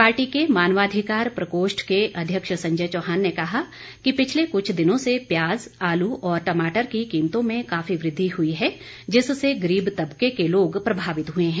party के मानवाधिकार प्रकोष्ठ के अध्यक्ष संजय चौहान ने कहा कि पिछले कुछ दिनों से प्याज आलू और टमाटर की कीमतों में काफी वृद्धि हुई हैं जिससे गरीब तबके के लोग प्रभावित हुए हैं